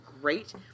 great